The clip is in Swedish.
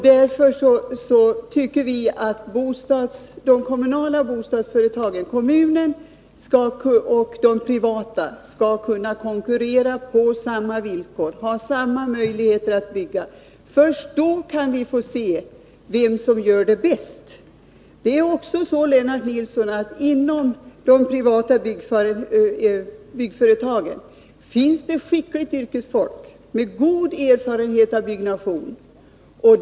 Därför tycker vi att de kommunala bostadsföretagen, kommunerna och de privata byggföretagen skall kunna konkurrera på samma villkor och ha samma möjligheter att bygga. Först då kan vi få se vem som gör det bäst. Inom de privata byggföretagen finns det skickligt yrkesfolk med god erfarenhet av byggnation.